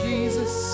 Jesus